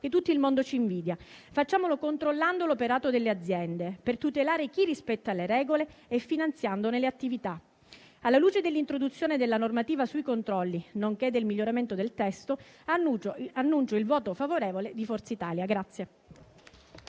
che tutto il mondo ci invidia. Facciamolo controllando l'operato delle aziende per tutelare chi rispetta le regole, finanziandone le attività. Alla luce dell'introduzione della normativa sui controlli, nonché del miglioramento del testo, annuncio il voto favorevole di Forza Italia.